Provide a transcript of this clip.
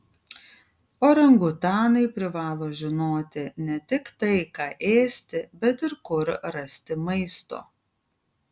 orangutanai privalo žinoti ne tik tai ką ėsti bet ir kur rasti maisto